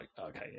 okay